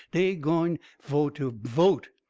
dey gwine foh to vote.